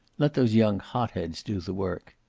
let those young hot-heads do the work.